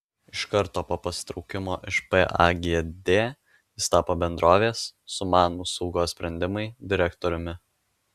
iš karto po pasitraukimo iš pagd jis tapo bendrovės sumanūs saugos sprendimai direktoriumi